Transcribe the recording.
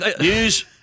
News